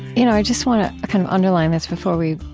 you know, i just want to kind of underline this before we,